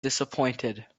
disappointed